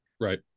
right